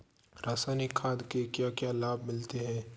रसायनिक खाद के क्या क्या लाभ मिलते हैं?